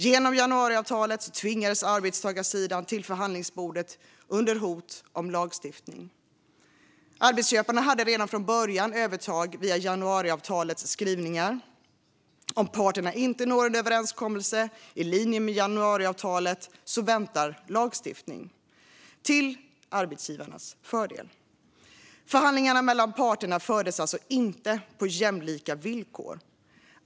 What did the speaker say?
Genom januariavtalet tvingades arbetstagarsidan till förhandlingsbordet under hot om lagstiftning. Arbetsköparna hade redan från början ett övertag via januariavtalets skrivningar: Om parterna inte når en överenskommelse i linje med januariavtalet väntar lagstiftning - till arbetsgivarnas fördel. Förhandlingarna mellan parterna fördes alltså inte på jämlika villkor.